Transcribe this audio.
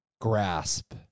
grasp